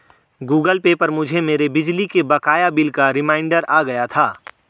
Google Pay पर मुझे मेरे बिजली के बकाया बिल का रिमाइन्डर आ गया था